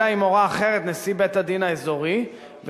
אלא אם כן הורה נשיא בית-הדין האזורי אחרת,